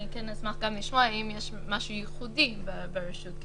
אני כן אשמח לשמוע אם משהו ייחודי ברשות.